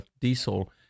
diesel